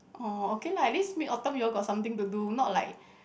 oh okay lah at least Mid Autumn you all got something to do not like